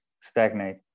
stagnate